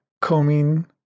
combing